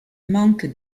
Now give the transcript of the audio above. manque